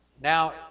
Now